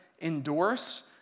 endorse